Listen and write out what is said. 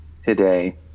today